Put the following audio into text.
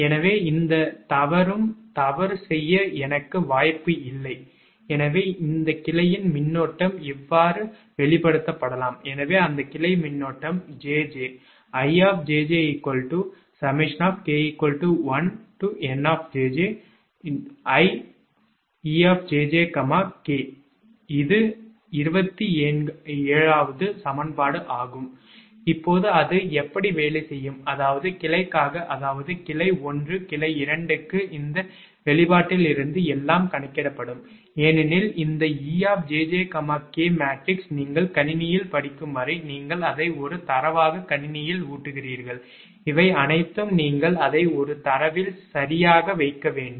எனவே எந்த தவறும் தவறு செய்ய எனக்கு வாய்ப்பு இல்லை எனவே அந்த கிளையின் மின்னோட்டம் இவ்வாறு வெளிப்படுத்தப்படலாம் எனவே அந்த கிளை மின்னோட்டம் 𝑗𝑗 இப்போது அது எப்படி வேலை செய்யும் அதாவது கிளைக்காக அதாவது கிளை 1 கிளை 2 க்கு இந்த வெளிப்பாட்டிலிருந்து எல்லாம் கணக்கிடப்படும் ஏனெனில் இந்த 𝑒 𝑗𝑗 𝑘 மேட்ரிக்ஸ் நீங்கள் கணினியில் படிக்கும் வரை நீங்கள் அதை ஒரு தரவாக கணினியில் ஊட்டுகிறீர்கள் இவை அனைத்தும் நீங்கள் அதை ஒரு தரவில் சரியாக வைக்க வேண்டும்